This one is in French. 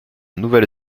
nouvelle